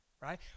right